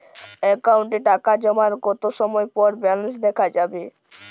অ্যাকাউন্টে টাকা জমার কতো সময় পর ব্যালেন্স দেখা যাবে?